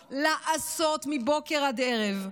לעשות, לעשות מבוקר עד ערב,